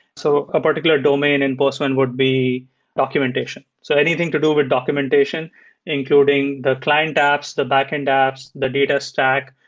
so a particular domain in postman would be documentation. so anything to do with documentation including the client apps, the backend apps, the data stack.